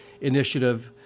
initiative